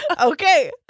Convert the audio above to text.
Okay